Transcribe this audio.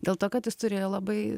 dėl to kad jis turėjo labai